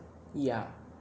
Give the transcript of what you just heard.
ya